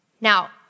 Now